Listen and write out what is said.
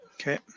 Okay